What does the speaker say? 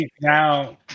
now